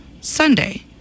Sunday